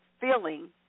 feeling